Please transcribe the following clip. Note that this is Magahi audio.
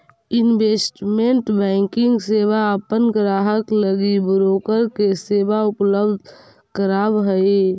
इन्वेस्टमेंट बैंकिंग सेवा अपन ग्राहक लगी ब्रोकर के सेवा उपलब्ध करावऽ हइ